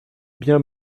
bien